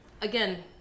again